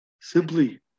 simply